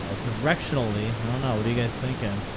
ah directionally, i don't know. what are you guys thinking?